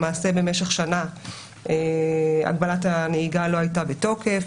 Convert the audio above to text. למעשה במשך שנה הגבלת הנהיגה לא הייתה בתוקף,